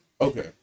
Okay